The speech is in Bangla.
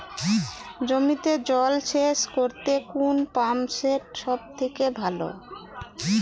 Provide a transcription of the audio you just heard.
জমিতে জল সেচ করতে কোন পাম্প সেট সব থেকে ভালো?